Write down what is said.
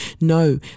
no